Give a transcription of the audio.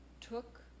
took